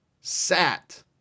sat